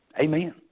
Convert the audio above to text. Amen